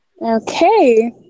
Okay